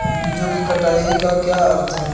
बीजों की कटाई का क्या अर्थ है?